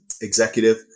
executive